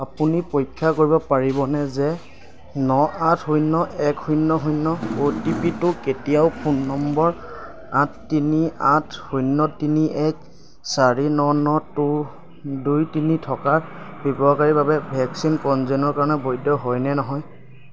আপুনি পৰীক্ষা কৰিব পাৰিবনে যে ন আঠ শূন্য এক শূন্য শূন্য অ'টিপিটো কেতিয়াও ফোন নম্বৰ আঠ তিনি আঠ শূন্য তিনি এক চাৰি ন ন টু দুই তিনি থকা ব্যৱহাৰকাৰীৰ বাবে ভেকচিন পঞ্জীয়নৰ কাৰণে বৈধ হয় নে নহয়